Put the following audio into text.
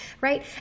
Right